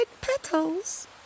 petals